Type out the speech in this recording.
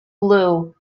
blue